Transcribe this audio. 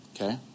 Okay